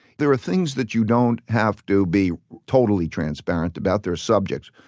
there are things that you don't have to be totally transparent about, there are subjects.